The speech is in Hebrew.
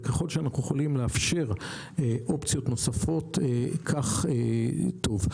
ככל שאנחנו יכולים לאפשר אופציות נוספות כך טוב.